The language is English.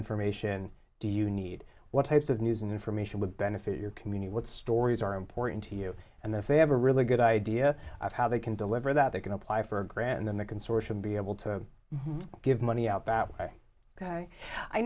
information do you need what types of news information would benefit your community what stories are important to you and then they have a really good idea of how they can deliver that they can apply for a grand then the consortium be able to give money out that way ok